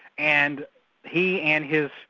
and he and his